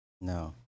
no